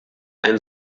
ein